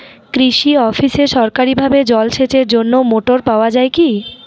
কৃষি অফিসে সরকারিভাবে জল সেচের জন্য মোটর পাওয়া যায় কি?